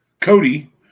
Cody